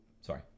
sorry